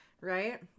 right